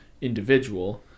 individual